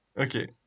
Okay